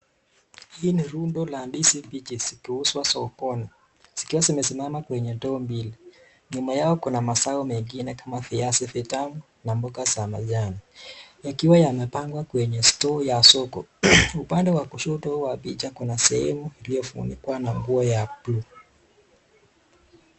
Hii ni rundo la ndizi mbichi zikiuzwa sokoni, zikiwa zimesimama kwenye ndoo mbili. Nyuma yao kuna mazao mengine kama viazi vitamu na mboga za majani yakiwa yamepangwa kwenye store ya soko. Upande wa kushoto wa picha kuna sehemu iliyofunikwa na nguo ya buluu .